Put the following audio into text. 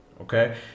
Okay